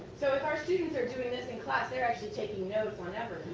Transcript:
so, if our students are doing this in class they are actually taking notes on evernote.